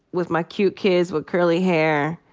with my cute kids with curly hair,